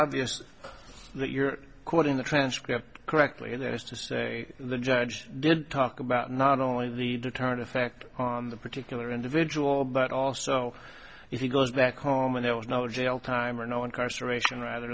obvious that you're quoting the transcript correctly that the judge did talk about not only the deterrent effect on the particular individual but also if he goes back home and there was no jail time or no incarceration rather